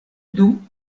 dum